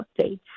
updates